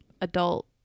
adult